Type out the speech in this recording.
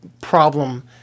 problem